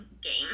game